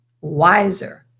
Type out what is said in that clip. wiser